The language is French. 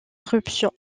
éruption